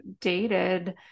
dated